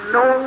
no